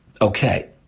Okay